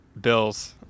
Bill's